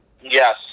yes